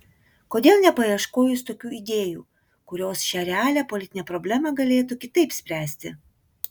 kodėl nepaieškojus tokių idėjų kurios šią realią politinę problemą galėtų kitaip spręsti